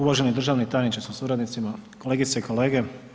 Uvaženi državni tajniče sa suradnicima, kolegice i kolege.